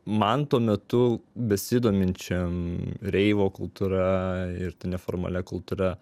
man tuo metu besidominčiam reivo kultūra ir ta neformalia kultūra